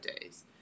days